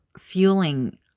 fueling